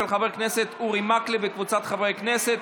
של חבר הכנסת אורי מקלב וקבוצת חברי הכנסת.